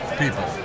people